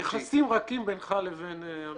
אתה אומר, יחסים רכים בינך לבין המתדלק.